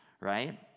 right